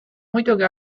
muidugi